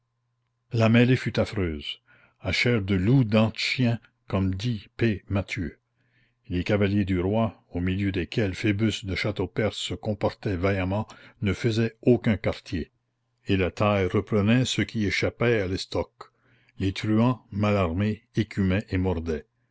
la mêlée fut affreuse à chair de loup dent de chien comme dit p mathieu les cavaliers du roi au milieu desquels phoebus de châteaupers se comportait vaillamment ne faisaient aucun quartier et la taille reprenait ce qui échappait à l'estoc les truands mal armés écumaient et mordaient